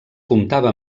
comptava